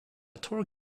tour